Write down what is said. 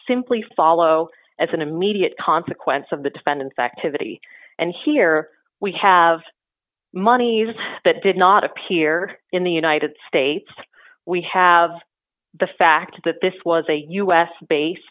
simply follow as an immediate consequence of the dependence activity and here we have monies that did not appear in the united states we have the fact that this was a u s base